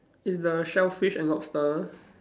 is the shellfish and lobster